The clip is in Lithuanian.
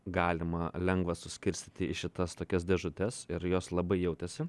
galima lengva suskirstyti į šitas tokias dėžutes ir jos labai jautėsi